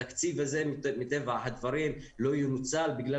התקציב הזה מטבע הדברים לא ינוצל בגלל